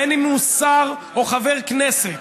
בין שהוא שר או חבר כנסת,